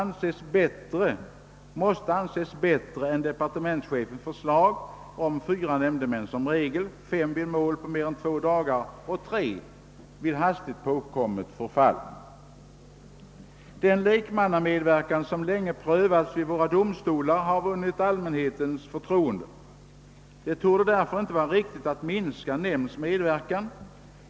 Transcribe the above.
Detta måste anses bättre än departementschefens förslag om fyra nämndemän som regel, fem vid mål under mer än två dagar och tre vid hastigt påkommet förfall. Den lekmannamedverkan som länge prövats vid våra domstolar har vunnit allmänhetens förtroende, och det torde därför inte vara riktigt att minska nämnds medverkan.